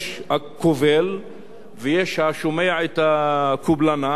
יש הקובל ויש השומע את הקובלנה,